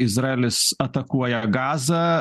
izraelis atakuoja gazą